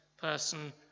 person